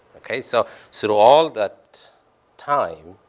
okay? so sort of all that time,